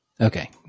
Okay